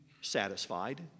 satisfied